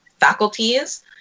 Faculties